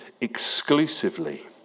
exclusively